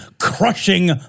crushing